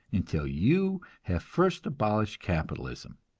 until you have first abolished capitalism.